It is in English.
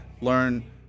learn